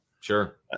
Sure